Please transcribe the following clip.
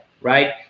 right